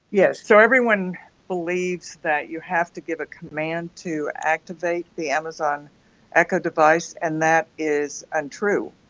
yes, so everyone believes that you have to give a command to activate the amazon echo device, and that is untrue.